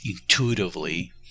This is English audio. intuitively